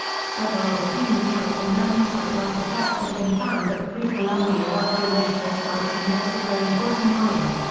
several other hematite or magnetite artifacts have been found at pre-columbian archaeological sites in mexico and guatemala.